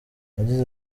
yagize